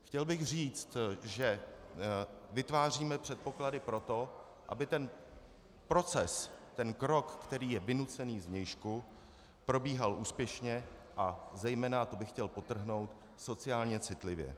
Chtěl bych říct, že vytváříme předpoklady pro to, aby ten proces, krok, který je vynucený zvnějšku, probíhal úspěšně a zejména a to bych chtěl podtrhnout sociálně citlivě.